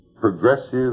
progressive